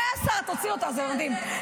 תוציא אותה, זה מדהים.